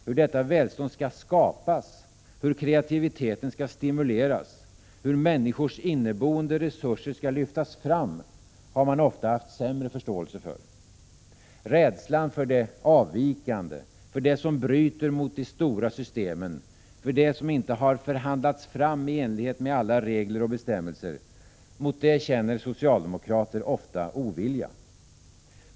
Hur detta välstånd skall skapas, hur kreativiteten skall stimuleras, hur människors inneboende resurser skall lyftas fram har man ofta haft sämre förståelse för. Rädslan för det avvikande, för det som bryter mot de stora systemen, för det som inte förhandlats fram i enlighet med alla regler och bestämmelser, mot det känner socialdemokrater ofta ovilja.